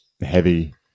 heavy